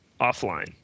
offline